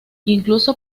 incluso